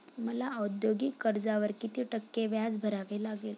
मला औद्योगिक कर्जावर किती टक्के व्याज भरावे लागेल?